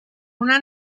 una